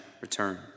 return